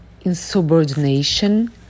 insubordination